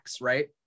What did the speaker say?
right